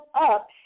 up